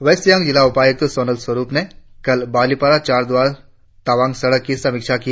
waste Siang जिला उपायुक्त सोनल स्वरुप ने कल बालीपारा चारद्वार तवांग सड़क की समीक्षा की